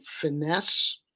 finesse